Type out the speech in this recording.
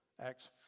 Acts